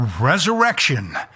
resurrection